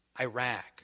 Iraq